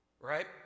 right